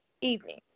evening